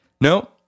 no